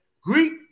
Greek